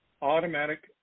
automatic